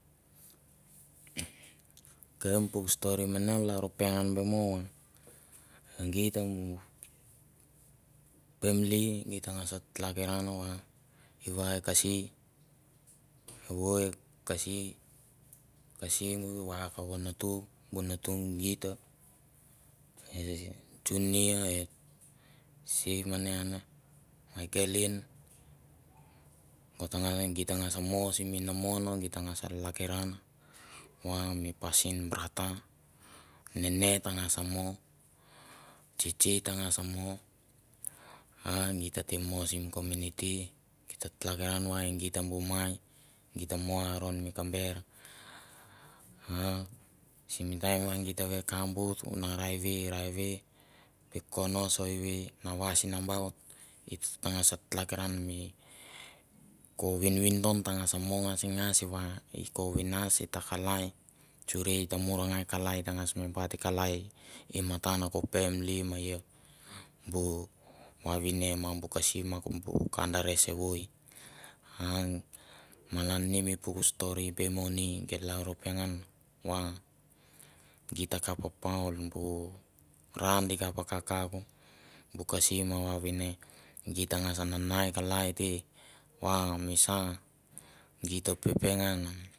Ok puk stori mane. u lalro pengan be mo va e geit a bu pamli geit ta ngas tlakiran va i va e kasi. evoi e kasi kasiung va ko natu bu natu git a. e junior. e se mane an. e michealyne. o ta nga ve git ta ngas mo simi inamon ita ngas lakiran mo mi pasin brata. nene ta ngas mo tsi ta ngas mo. a git ta te mo simi kominiti. git ta tlakiran va e geit ta bu mai git ta mo laron mi kamber, asim taim va gi teve ka bout na ra ive. ra ive. i konos o ive na vais namaut. ita ngas tlakiran mi ko vin vindon ta ngas mo ngasngas va ko vinas ta kalai suri ita muran gai kakai et ta ngass me bait kalai i matan ko pamli ma ia bu vavine ma bu kasi. ma bu kanndare sevoi. A malan ni puk stori be mo ni geit larlro pengan va geit ta kap pa paui bu ra di kap kakauk. bu kasi ma vavine git ta ngas nanai kalai te va mmisa ta pepenga.